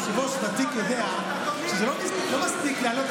אתה כיושב-ראש ותיק יודע שזה לא מספיק לעלות,